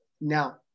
now